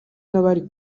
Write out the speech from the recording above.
n’abari